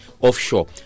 offshore